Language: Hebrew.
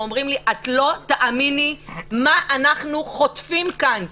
ואומרים לי: את לא תאמיני מה אנחנו חוטפים כאן,